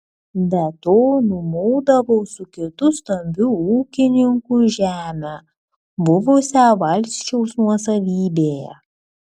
be to nuomodavo su kitu stambiu ūkininku žemę buvusią valsčiaus nuosavybėje